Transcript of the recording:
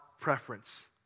preference